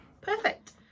Perfect